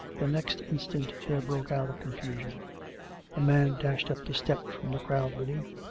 the next instant there broke out a confusion a man dashed up the step from the crowd beneath,